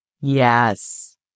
Yes